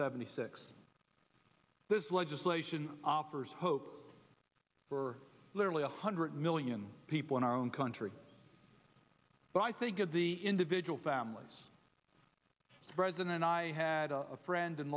seventy six this legislation offers hope for literally one hundred million people in our own country but i think that the individual families the president and i had a friend in